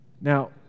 Now